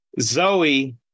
Zoe